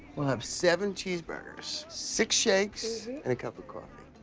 we'll have seven cheeseburgers, six shakes, and a cup of coffee.